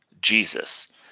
Jesus